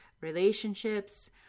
relationships